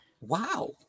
Wow